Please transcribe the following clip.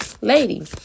lady